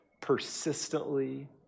persistently